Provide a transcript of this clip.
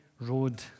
road